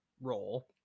role